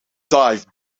dive